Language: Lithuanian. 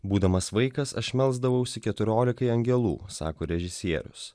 būdamas vaikas aš melsdavausi keturiolikai angelų sako režisierius